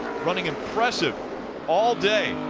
running impressive all day.